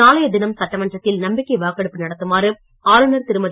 நாளைய தினம் சட்டமன்றத்தில் நம்பிக்கை வாக்கெடுப்பு நடத்துமாறு ஆளுநர் திருமதி